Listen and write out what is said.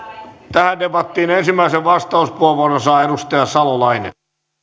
tähän debattiin ensimmäisen vastauspuheenvuoron saa edustaja salolainen